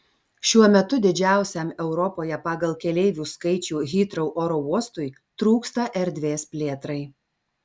šiuo metu didžiausiam europoje pagal keleivių skaičių hitrou oro uostui trūksta erdvės plėtrai